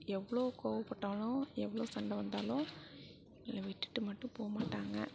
எவ்வளோ கோவப்பட்டாலும் எவ்வளோ சண்டை வந்தாலும் என்ன விட்டுவிட்டு மட்டும் போக மாட்டாங்க